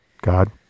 God